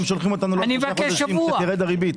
הם שולחים אותנו לעוד שלושה חודשים שתרד הריבית.